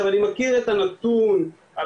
אני מכיר את הנתון על